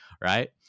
Right